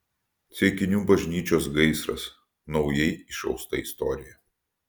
ceikinių bažnyčios gaisras naujai išausta istorija